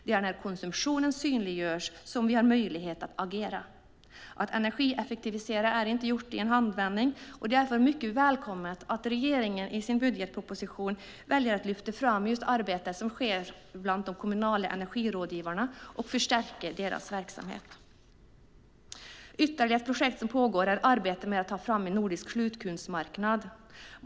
Det är när konsumtionen synliggörs som vi har möjlighet att agera. Att energieffektivisera är inte gjort i en handvändning, och det är därför viktigt att regeringen i sin budgetproposition väljer att lyfta fram det arbete som sker bland de kommunala energirådgivarna och förstärker deras verksamhet. Ytterligare ett projekt som pågår är arbetet med att ta fram en nordisk slutkundsmarknad.